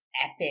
epic